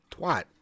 twat